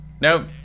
Nope